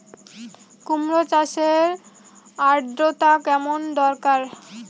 কুমড়ো চাষের আর্দ্রতা কেমন দরকার?